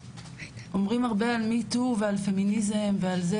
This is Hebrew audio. אומרים הרבה על מי-טו ועל פמיניזם ועל זה,